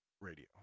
Radio